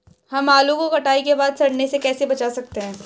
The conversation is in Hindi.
हम आलू को कटाई के बाद सड़ने से कैसे बचा सकते हैं?